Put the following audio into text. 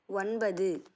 ஒன்பது